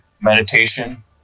meditation